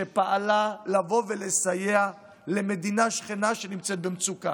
שפעלה כדי לסייע למדינה שכנה שנמצאת במצוקה.